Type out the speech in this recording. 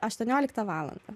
aštuonioliktą valandą